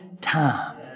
time